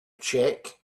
check